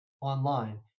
online